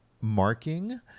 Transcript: marking